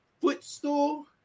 footstool